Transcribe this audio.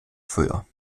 föhr